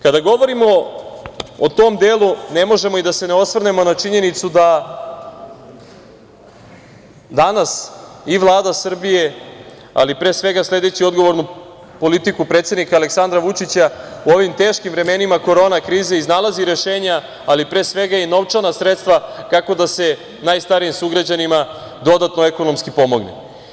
Kada govorimo o tom delu, ne možemo a da se ne osvrnemo na činjenicu da danas i Vlada Srbije, ali pre svega sledeći odgovornu politiku predsednika Aleksandra Vučića u ovim teškim vremenima korona krize iznalazi rešenja, ali pre svega i novčana sredstva kako da se najstarijim sugrađanima dodatno ekonomski pomogne.